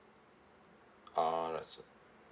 ah right so